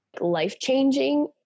life-changing